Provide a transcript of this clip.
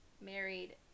married